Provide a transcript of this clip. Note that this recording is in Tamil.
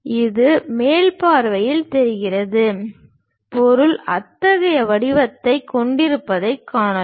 இது மேல் பார்வையில் தெரிகிறது பொருள் அத்தகைய வடிவத்தைக் கொண்டிருப்பதைக் காணலாம்